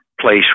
place